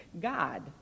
God